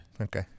Okay